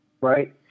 right